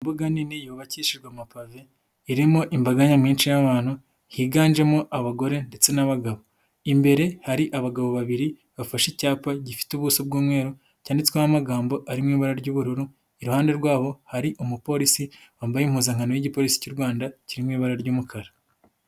Imbuga nini yubakishijwe amapave irimo imbaga nyamwinshi y'abantu higanjemo abagore ndetse n'abagabo. Imbere hari abagabo babiri bafashe icyapa gifite ubuso bw'umweru, cyanditsweho amagambo ari mu ibara ry'ubururu, iruhande rwabo hari umupolisi wambaye impuzankano y'igipolisi cy'u Rwanda kiri ibara ry'umukara.